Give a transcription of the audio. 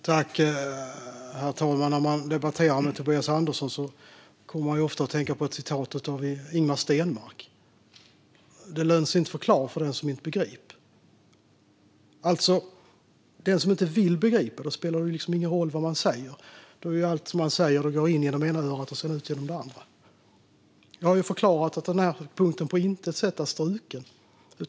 Herr talman! När man debatterar med Tobias Andersson kommer man ofta att tänka på ett citat av Ingemar Stenmark: Det är inte lönt att förklara för den som inte begriper. För den som inte vill begripa spelar det liksom ingen roll vad man säger. Då går allt som man säger in genom det ena örat och sedan ut genom det andra. Jag har ju förklarat att denna punkt på intet sätt är struken.